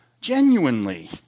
genuinely